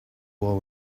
war